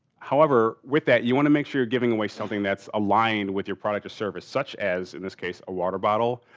however, with that you want to make sure you're giving away something that's aligned with your product or service such as in this case a water bottle.